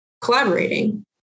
collaborating